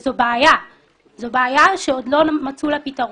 זו בעיה שעוד לא מצאו לה פתרון.